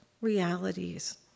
realities